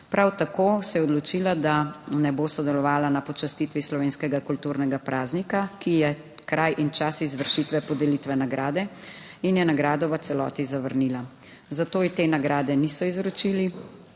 Prav tako se je odločila, da ne bo sodelovala na počastitvi slovenskega kulturnega praznika, ki je kraj in čas izvršitve podelitve nagrade, in je nagrado v celoti zavrnila, zato ji te nagrade niso izročili,